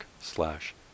slash